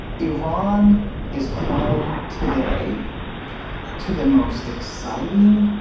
iran is home today to the most exciting,